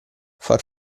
far